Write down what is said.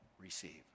receive